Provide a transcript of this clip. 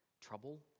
Trouble